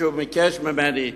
מישהו ביקש ממני והתעניין,